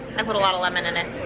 i put a lot of lemon in it.